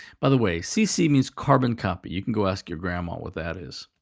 by the way, cc means carbon copy. you can go ask your grandma what that is.